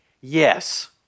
Yes